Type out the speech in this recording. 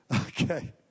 Okay